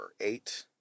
eight